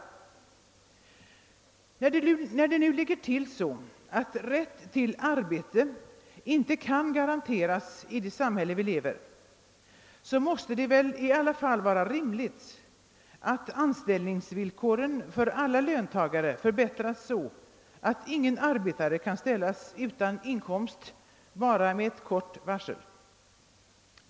När det nu är så att rätten till arbete inte kan garanteras i det samhälle vi lever i, måste det i alla fall vara rimligt att anställningsvillkoren för alla löntagare förbättras, så att ingen arbetare kan ställas utan inkomst med bara ett kort varsel.